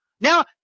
Now